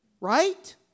right